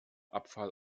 abfall